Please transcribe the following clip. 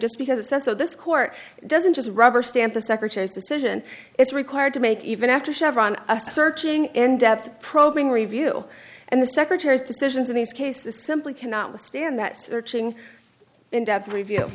just because it says so this court doesn't just rubber stamp the secretary's decision it's required to make even after chevron a searching in depth probing review and the secretary's decisions in these cases simply cannot withstand that searching in depth review